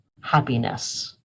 happiness